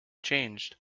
changed